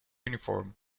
uniform